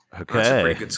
Okay